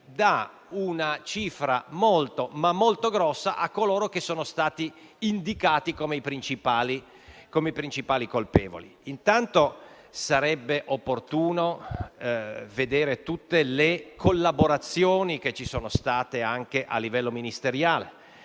dà una cifra molto grossa a coloro che sono stati indicati come i principali colpevoli. Intanto sarebbe opportuno vedere tutte le collaborazioni che ci sono state anche a livello ministeriale,